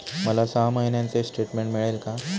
मला सहा महिन्यांचे स्टेटमेंट मिळेल का?